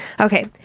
okay